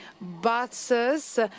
buses